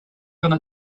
gonna